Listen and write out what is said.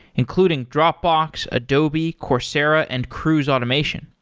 including dropbox, adobe, coursera and cruise automation.